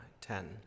ten